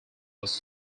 was